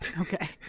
Okay